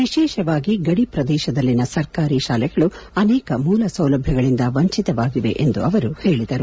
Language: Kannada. ವಿಶೇಷವಾಗಿ ಗಡಿ ಪ್ರದೇಶದಲ್ಲಿನ ಸರ್ಕಾರಿ ಶಾಲೆಗಳು ಅನೇಕ ಮೂಲ ಸೌಲಭ್ಯಗಳಿಂದ ವಂಚಿತವಾಗಿವೆ ಎಂದು ಅವರು ಹೇಳಿದರು